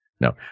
no